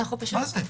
מה זה?